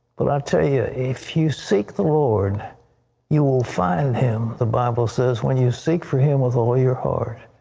but i'll tell you, if you seek the lord you will find him the bible says when you seek for him with all of your heart.